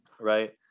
right